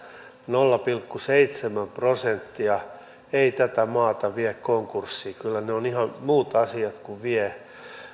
nolla pilkku seitsemän prosenttia ei tätä maata vie konkurssiin kyllä ne ovat ihan muut asiat kun vievät